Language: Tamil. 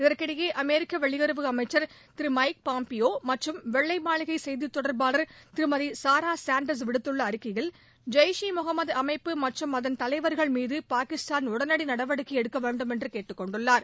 இதற்கிடையே அமெரிக்க வெளியுறவு அமைச்சர் திரு மைக் பாம்பியோ மற்றம் வெள்ளை மாளிகை செய்தி தொடர்பாளர் திருமதி சாரா சாண்டர்ஸ் விடுத்தள்ள அறிக்கையில் ஜெய்ஷ் இ முகமது அமைப்பு மற்றும் அதன் தலைவர்கள்மீது பாகிஸ்தான் உடனடி நடவடிக்கை எடுக்கவேண்டும் என்று கேட்டுக்கொண்டுள்ளனர்